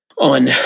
on